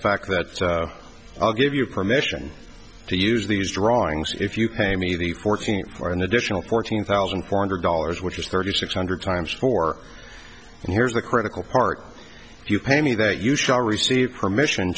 fact that i'll give you permission to use these drawings if you pay me the working for an additional fourteen thousand four hundred dollars which is thirty six hundred times for and here's the critical part you pay me that you shall receive permission